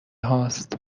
هاست